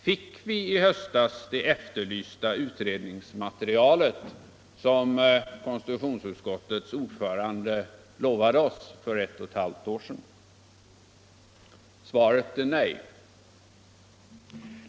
Fick vi i höstas det efterlysta utredningsmaterialet, som konstitutionsutskottets ordförande lovade oss för ett och ett halvt år sedan? Svaret är nej.